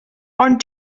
ond